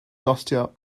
gostio